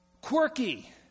quirky